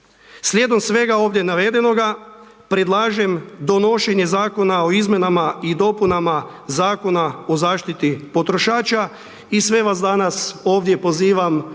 Slijedom svega ovdje navedenoga, predlažem donošenje zakona o izmjenama i dopunama Zakona o zaštiti potrošača i sve vas danas ovdje pozivam